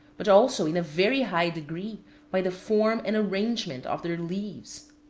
but also in a very high degree by the form and arrangement of their leaves.